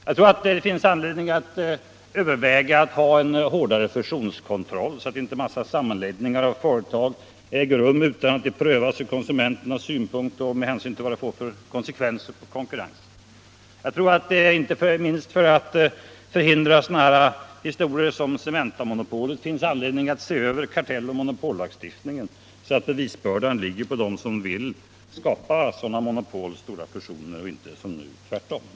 Jag tror att det finns anledning att överväga en hårdare fusionskontroll så att inte en mängd sammanläggningar av företag äger rum utan prövning med hänsyn till konsumenterna och utan beaktande av vad det får för följder på konkurrensen. Jag tror att det inte minst för att förhindra nya ”cementmonopol” finns anledning att se över kartelloch monopollagstiftningen, så att bevisbördan ligger på dem som vill skapa sådana monopol och stora fusioner och inte såsom nu tvärtom.